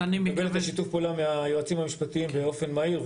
אם נקבל שיתוף פעולה מהיועצים המשפטיים באופן מהיר,